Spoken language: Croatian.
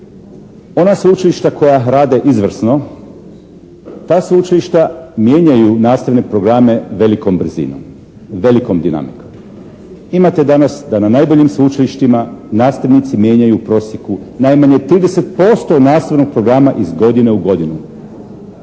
ona sveučilišta koja rade izvrsno ta sveučilišta mijenjaju nastavne programe velikom brzinom, velikom dinamikom. Imate danas da na najboljim sveučilištima nastavnici mijenjaju u prosjeku najmanje 30% nastavnog programa iz godine u godinu.